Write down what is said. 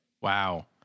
wow